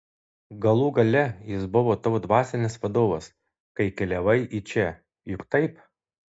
galų gale jis buvo tavo dvasinis vadovas kai keliavai į čia juk taip